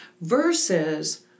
versus